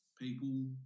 People